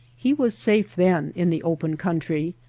he was safe then in the open country,